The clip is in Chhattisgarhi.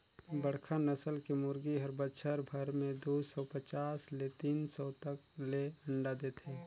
बड़खा नसल के मुरगी हर बच्छर भर में दू सौ पचास ले तीन सौ तक ले अंडा देथे